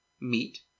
Meet